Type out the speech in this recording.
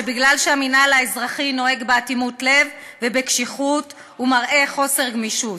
מפני שהמינהל האזרחי נוהג באטימות לב ובקשיחות ומראה חוסר גמישות.